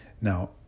now